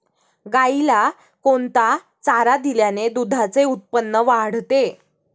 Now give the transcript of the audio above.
गाईला कोणता चारा दिल्याने दुधाचे उत्पन्न वाढते?